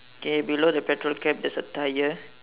k below the petrol cap there's a tyre